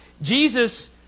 Jesus